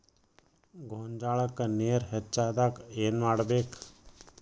ಗೊಂಜಾಳಕ್ಕ ನೇರ ಹೆಚ್ಚಾದಾಗ ಏನ್ ಮಾಡಬೇಕ್?